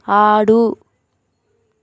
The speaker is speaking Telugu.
ఆడు